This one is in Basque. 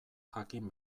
jakin